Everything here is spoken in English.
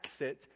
exit